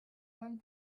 learned